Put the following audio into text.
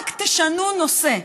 רק תשנו נושא.